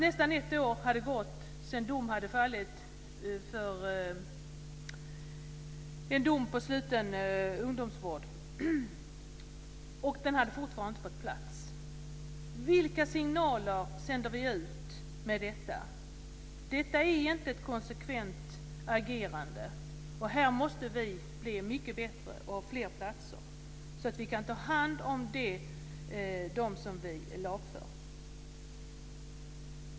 Nästan ett år hade gått efter det att dom om sluten ungdomsvård fallit men den här personen hade fortfarande inte fått en plats. Vilka signaler sänder vi ut med detta? Det är inte ett konsekvent agerande! Där måste vi bli mycket bättre. Det behövs fler platser så att de som lagförs kan tas om hand.